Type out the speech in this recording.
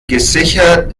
gesichert